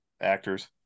actors